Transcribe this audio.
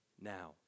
now